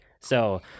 So-